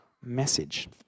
message